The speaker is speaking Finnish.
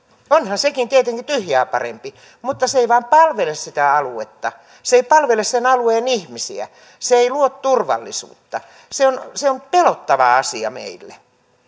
onhan sekin tietenkin tyhjää parempi mutta se ei vain palvele sitä aluetta se ei palvele sen alueen ihmisiä se ei luo turvallisuutta se on se on pelottava asia meille